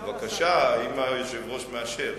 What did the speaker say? בבקשה, אם היושב-ראש מאשר.